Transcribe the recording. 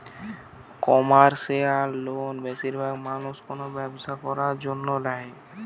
commercial loan বেশিরভাগ মানুষ কোনো ব্যবসা করার জন্য ল্যায়